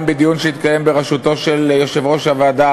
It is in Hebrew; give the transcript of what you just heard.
גם בדיון שהתקיים בראשותו של יושב-ראש הוועדה